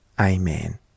Amen